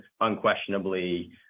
unquestionably